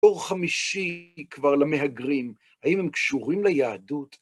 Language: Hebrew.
עור חמישי כבר למהגרים, האם הם קשורים ליהדות?